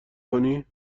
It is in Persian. کنی